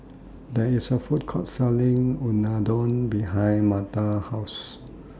There IS A Food Court Selling Unadon behind Marta's House